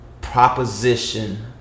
proposition